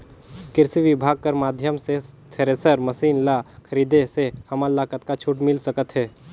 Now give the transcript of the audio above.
कृषि विभाग कर माध्यम से थरेसर मशीन ला खरीदे से हमन ला कतका छूट मिल सकत हे?